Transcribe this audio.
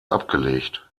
abgelegt